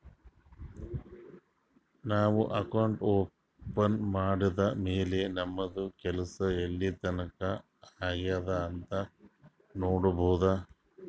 ನಾವು account open ಮಾಡದ್ದ್ ಮ್ಯಾಲ್ ನಮ್ದು ಕೆಲ್ಸಾ ಎಲ್ಲಿತನಾ ಆಗ್ಯಾದ್ ಅಂತ್ ನೊಡ್ಬೋದ್